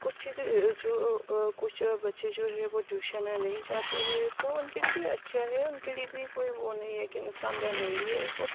کچھ چیزیں جو کچھ بچے جو ہے وہ ٹیوشن نہیں چاہتے ہیں تو ان کے لیے بھی اچھا ہے ان کے لیے بھی کوئی وہ نہیں ہے کہ نقصان دہ نہیں ہے